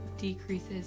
decreases